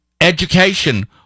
education